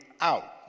out